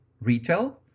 retail